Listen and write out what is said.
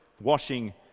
Washing